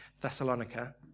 Thessalonica